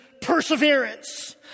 perseverance